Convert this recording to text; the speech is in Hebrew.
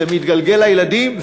זה מתגלגל לילדים,